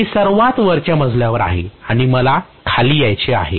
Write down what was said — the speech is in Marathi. मी सर्वात वरच्या मजल्यावर आहे आणि मला खाली यायचे आहे